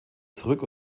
zurück